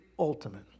ultimate